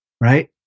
Right